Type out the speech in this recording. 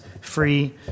free